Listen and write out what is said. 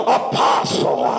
apostle